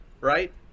right